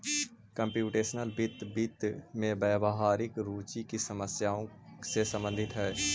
computational वित्त, वित्त में व्यावहारिक रुचि की समस्याओं से संबंधित हई